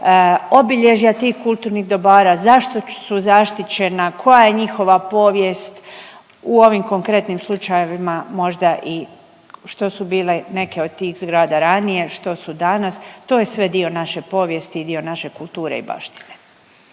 obilježja tih kulturnih dobara, zašto su zaštićena, koja je njihova povijest u ovim konkretnim slučajevima možda i što su bile neke od tih zgrada ranije, što su danas, to je sve dio naše povijesti i dio naše kulture i baštine.